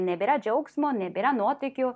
nebėra džiaugsmo nebėra nuotykių